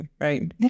right